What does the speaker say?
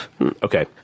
Okay